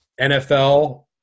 NFL